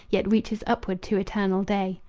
yet reaches upward to eternal day.